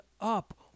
up